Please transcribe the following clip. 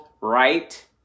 right